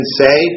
say